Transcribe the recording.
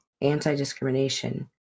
anti-discrimination